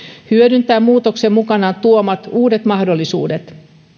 hyödyntää muutoksen mukanaan tuomat uudet mahdollisuudet